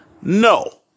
no